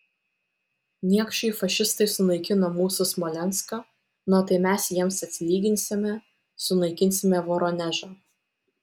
niekšai fašistai sunaikino mūsų smolenską na tai mes jiems atsilyginsime sunaikinsime voronežą